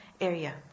area